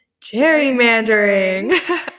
gerrymandering